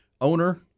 owner